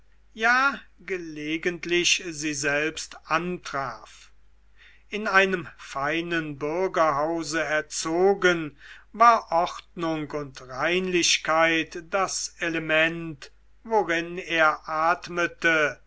ja gelegentlich sie selbst antraf in einem feinen bürgerhause erzogen war ordnung und reinlichkeit das element worin er atmete